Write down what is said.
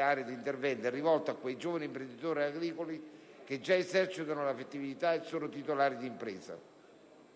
area d'intervento è rivolta a quei giovani imprenditori agricoli che già esercitano l'attività e sono titolari d'impresa,